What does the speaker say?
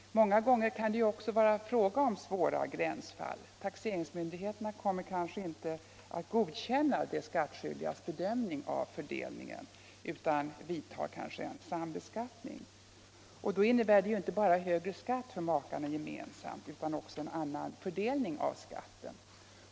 Många gånger kan det också vara fråga om svåra gränsfall. Taxeringsmyndigheterna godkänner kanske inte de skattskyldigas bedömning av fördelningen utan vidtar en sambeskattning, och då innebär det ju inte bara högre skatt för makarna gemensamt utan också en annan fördelning av skatten.